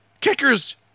kickers